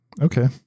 Okay